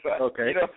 Okay